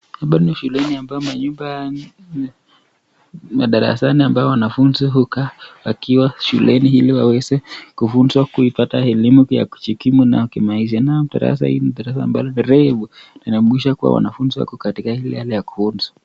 Hapa ni shuleni ambayo madarasani ambayo wanafunzi hukaa wakiwa shuleni ili waweze kufunzwa kuipata elimu ya kujikimu nayo kimaisha, nayo darasa hili ni darasa ambalo ni refu, kumaanisha wanafunzi wako katika ile hali ya kufunzwa.